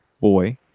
boy